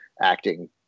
acting